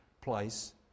place